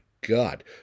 God